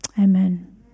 Amen